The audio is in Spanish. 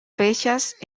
fechas